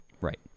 Right